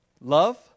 Love